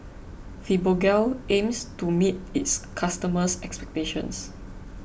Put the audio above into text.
Fibogel aims to meet its customers' expectations